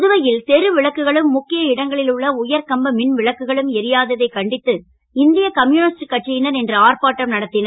புதுவை ல் தெரு விளக்குகளும் முக்கிய இடங்களில் உள்ள உயர்கம்ப மின் விளைக்குகளும் எரியாததைக் கண்டித்து இந்தய கம்யூ ஸ்ட் கட்சி னர் இன்று ஆர்ப்பாட்டம் நடத் னர்